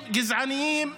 גזעניים,